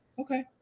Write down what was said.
Okay